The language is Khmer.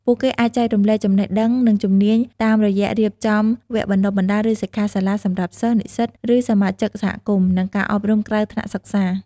ពួកគេអាច ចែករំលែកចំណេះដឹង និងជំនាញតាមរយៈរៀបចំវគ្គបណ្ដុះបណ្ដាល ឬសិក្ខាសាលាសម្រាប់សិស្ស និស្សិត ឬសមាជិកសហគមន៍ និងការអប់រំក្រៅថ្នាក់សាលា។។